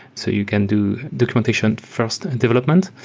so you can do documentation first and development.